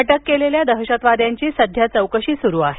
अटक केलेल्या दहशतवाद्यांची सध्या चौकशी सुरू आहे